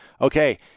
Okay